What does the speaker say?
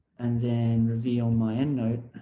and then reveal my endnote